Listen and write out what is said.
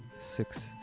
six